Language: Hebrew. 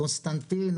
קונסטנטין.